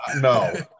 No